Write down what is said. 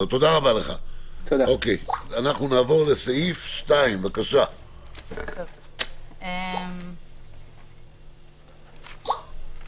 אנחנו נעבור לסעיף 2. בבקשה.